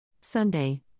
Sunday